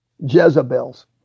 Jezebels